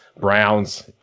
Browns